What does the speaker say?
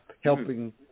helping